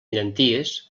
llenties